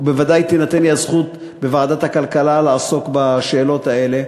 ובוודאי תינתן לי הזכות בוועדת הכלכלה לעסוק בשאלות האלה,